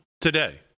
today